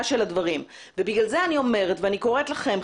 של הדברים ובגלל זה אני אומרת ואני קוראת לכם,